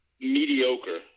mediocre